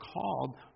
called